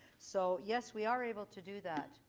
so yes, we are able to do that.